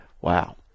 wow